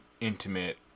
intimate